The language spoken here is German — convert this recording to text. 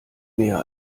mehr